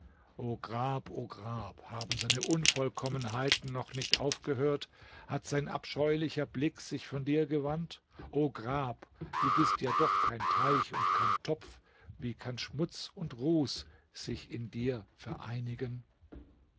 grab o grab haben seine unvollkommenheiten noch nicht aufgehört hat sein abscheulicher blick sich von dir gewandt o grab du bist ja doch kein teich und kein topf wie kann schmutz und ruß sich in dir vereinigen